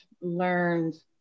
learned